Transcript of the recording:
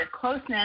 closeness